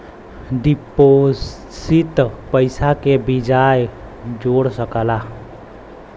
deposit पइसा के बियाज जोड़ सकला